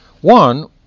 One